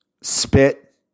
spit